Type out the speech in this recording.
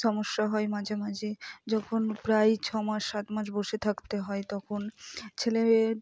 সমস্যা হয় মাঝে মাঝে যখন প্রায় ছ মাস সাত মাস বসে থাকতে হয় তখন ছেলেমেয়ের